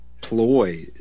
ploy